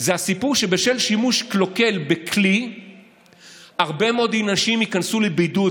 זה הסיפור שבשל שימוש קלוקל בכלי הרבה מאוד אנשים ייכנסו לבידוד,